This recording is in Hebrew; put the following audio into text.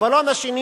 הבלון השני